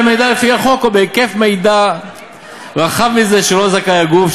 מידע לפי החוק או בהיקף מידע רחב מזה שלו זכאי הגוף,